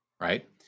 right